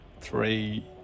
Three